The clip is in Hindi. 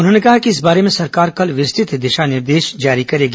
उन्होंने कहा कि इस बारे में सरकार कल विस्तृत दिशा निर्देश जारी करेगी